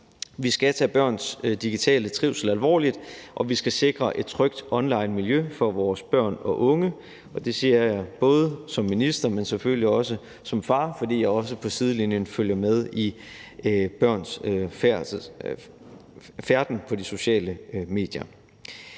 Vi skal tage børns digitale trivsel alvorligt, og vi skal sikre et trygt onlinemiljø for vores børn og unge, og det siger jeg både som minister, men selvfølgelig også som far, fordi jeg også på sidelinjen følger med i børns færden på de sociale medier.